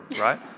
right